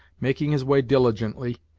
making his way diligently,